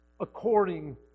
according